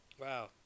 Wow